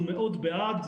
אנחנו מאוד בעד.